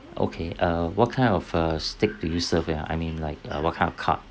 okay uh what kind of uh steak do you serve ya I mean like uh what kind of cut